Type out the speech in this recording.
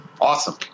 Awesome